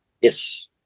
Yes